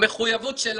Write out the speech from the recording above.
המחויבות שלנו,